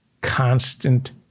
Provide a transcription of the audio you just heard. Constant